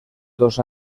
dos